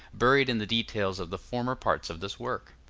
buried in the details of the former parts of this work.